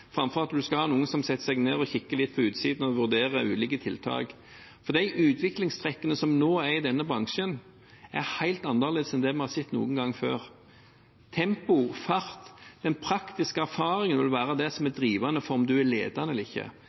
ha noen som setter seg ned, kikker litt på utsiden og vurderer ulike tiltak. De utviklingstrekkene som nå er i denne bransjen, er helt annerledes enn dem man har sett noen gang før. Tempoet, farten og den praktiske erfaringen vil være det som er drivende for om man er ledende eller ikke